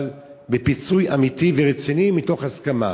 אבל בפיצוי אמיתי ורציני מתוך הסכמה.